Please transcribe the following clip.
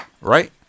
right